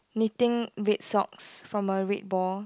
knitting red socks from a red ball